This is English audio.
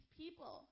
people